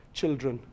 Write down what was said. children